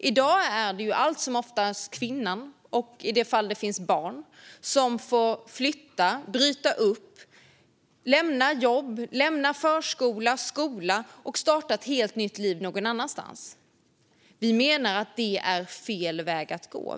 I dag är det allt som oftast kvinnan och barnen, i de fall det finns sådana, som får flytta, bryta upp, lämna jobb, lämna förskola och skola och starta ett helt nytt liv någon annanstans. Vi menar att det är fel väg att gå.